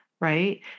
right